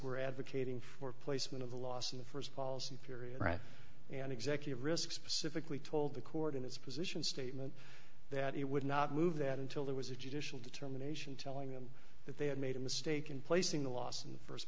were advocating for placement of the last in the first policy period an executive risk specifically told the court in its position statement that it would not move that until there was a judicial determination telling them that they had made a mistake in placing the loss in the first